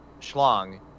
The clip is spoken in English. schlong